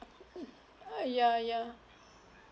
uh ya ya